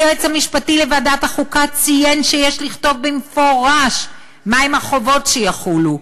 היועץ המשפטי לוועדת החוקה ציין שיש לכתוב במפורש מהן החובות שיחולו.